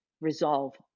resolve